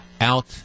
out